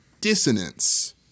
dissonance